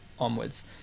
onwards